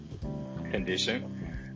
condition